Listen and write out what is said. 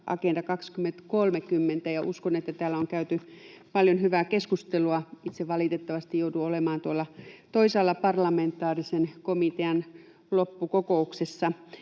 Agenda 2030, ja uskon, että täällä on käyty paljon hyvää keskustelua. Itse valitettavasti jouduin olemaan tuolla toisaalla parlamentaarisen komitean loppukokouksessa,